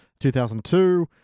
2002